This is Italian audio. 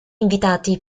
invitati